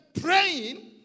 praying